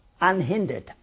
unhindered